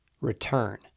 return